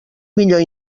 millor